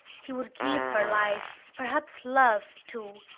he would give her life, perhaps love, too.